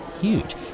huge